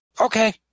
Okay